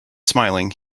smiling